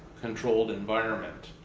controlled environment.